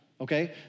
Okay